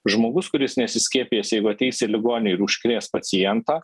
žmogus kuris nesiskiepijęs jeigu ateis į ligoninę ir užkrės pacientą